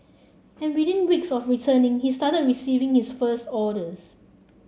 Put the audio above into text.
and within weeks of returning he started receiving his first orders